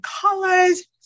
colors